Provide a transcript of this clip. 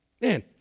Man